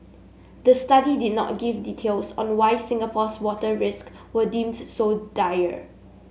the study did not give details on why Singapore's water risk were deemed so dire